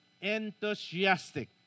enthusiastic